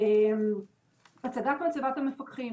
הצגת מצבת המפקחים